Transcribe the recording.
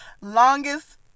longest